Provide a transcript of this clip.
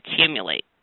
accumulate